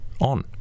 on